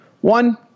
one